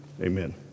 Amen